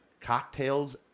cocktails